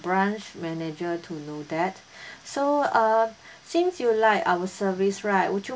branch manager to know that so uh since you like our service right would you